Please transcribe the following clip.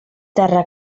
terra